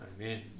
Amen